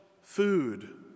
food